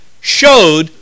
showed